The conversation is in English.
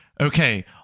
okay